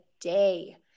day